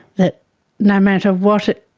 that no matter what it